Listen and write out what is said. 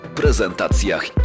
prezentacjach